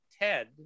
TED